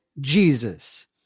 Jesus